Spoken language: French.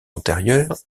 antérieures